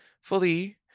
fully